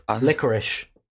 licorice